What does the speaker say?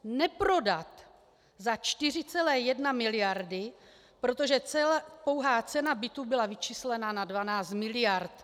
Neprodat za 4,1 miliardy, protože pouhá cena bytů byla vyčíslena na 12 miliard.